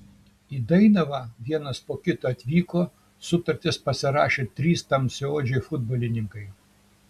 į dainavą vienas po kito atvyko sutartis pasirašė trys tamsiaodžiai futbolininkai